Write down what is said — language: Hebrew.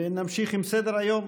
נמשיך עם סדר-היום.